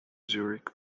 zurich